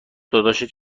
داداشت